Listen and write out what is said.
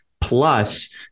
plus